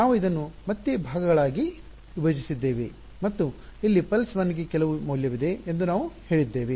ನಾವು ಇದನ್ನು ಮತ್ತೆ ಭಾಗಗಳಾಗಿ ವಿಭಜಿಸಿದ್ದೇವೆ ಮತ್ತು ಇಲ್ಲಿ ನಾಡಿ ಪಲ್ಸ್ 1 ಗೆ ಕೆಲವು ಮೌಲ್ಯವಿದೆ ಎಂದು ನಾವು ಹೇಳಿದ್ದೇವೆ